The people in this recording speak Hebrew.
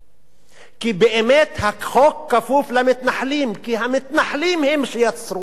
כי באמת החוק כפוף למתנחלים כי המתנחלים הם שיצרו את החוק.